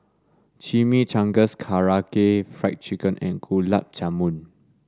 Chimichangas Karaage Fried Chicken and Gulab Jamun